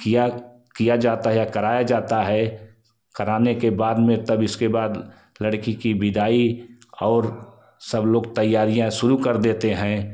किया किया जाता है या कराया जाता है कराने के बाद में तब इसके बाद लड़की की बिदाई और सब लोग तैयारियाँ शुरू कर देते हैं